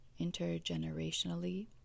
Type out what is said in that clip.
intergenerationally